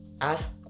ask